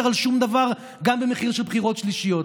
על שום דבר גם במחיר של בחירות שלישיות.